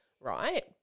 right